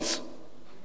בשני תנאים: